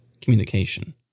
communication